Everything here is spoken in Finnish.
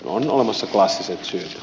on olemassa klassiset syyt